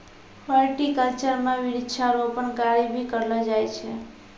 horticulture म वृक्षारोपण कार्य भी करलो जाय छै